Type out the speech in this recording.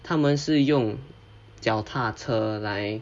他们是用脚踏车来